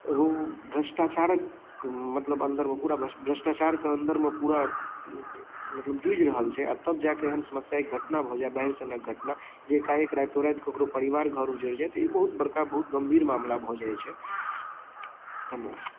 ओ भ्रष्टाचारक मतलब अन्दर मे पूरा भ्रष्टाचार कऽ अन्दर मऽ पूरा मतलब जुइझ रहल छै आ तब जा के एहन समस्यायिक घटना भऽ जाए बाइढ़ सनक घटना जे एकाएक राइतो राइत ककरो परिवार घर उजैड़ जाए तऽ ई बड़ गम्भीर मामला भऽ जाइ छै धन्यबाद